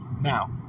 now